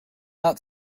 not